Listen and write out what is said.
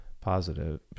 positive